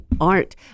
art